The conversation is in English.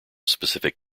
specific